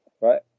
Right